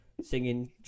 singing